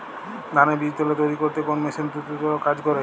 ধানের বীজতলা তৈরি করতে কোন মেশিন দ্রুততর কাজ করে?